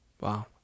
Wow